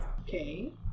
Okay